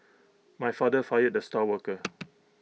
my father fired the star worker